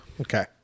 Okay